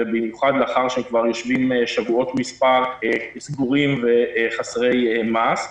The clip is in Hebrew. ובמיוחד לאחר שהם כבר יושבים שבועות מספר סגורים וחסרי מעש.